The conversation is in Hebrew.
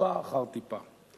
טיפה אחר טיפה.